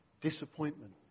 Disappointment